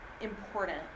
important